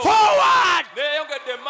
Forward